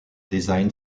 design